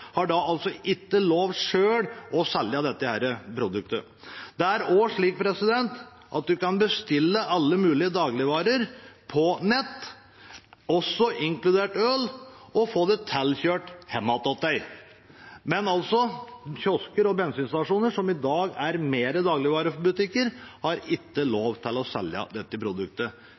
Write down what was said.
ikke lov til selv å selge dette produktet. Man kan også bestille alle mulige dagligvarer på nettet – inkludert øl – og få dem sendt hjem til seg. Men kiosker og bensinstasjoner, som i dag er mer som dagligvarebutikker, har ikke lov til å selge dette produktet.